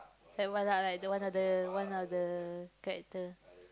like Valak like one of the one of the character